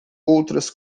outras